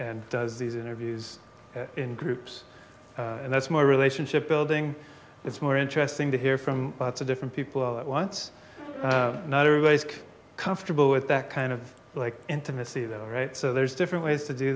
and does these interviews in groups and that's more relationship building it's more interesting to hear from lots of different people at once not everybody's comfortable with that kind of like intimacy though right so there's different ways to do